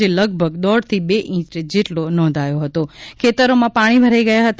જે લગભગ દોઢથી બે ઇંચ જેટલો નોંધાતા ખેતરોમાં પાણી ભરાયા હતા